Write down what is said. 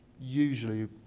usually